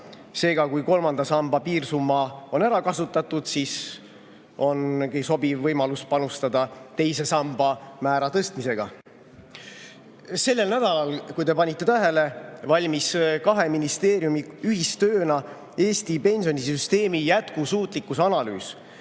Seega, kui kolmanda samba piirsumma on ära kasutatud, siis on sobiv võimalus panustada teise samba määra tõstmisega. Sellel nädalal, kui te panite tähele, valmis kahe ministeeriumi ühistööna Eesti pensionisüsteemi jätkusuutlikkuse analüüs.